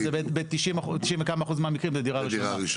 אז במעל 90% מהמקרים זה דירה ראשונה.